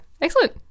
excellent